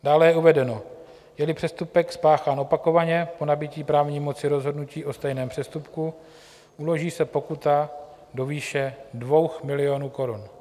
Dále je uvedeno: Jeli přestupek spáchán opakovaně po nabytí právní moci rozhodnutí o stejném přestupku, uloží se pokuta do výše 2 milionů korun.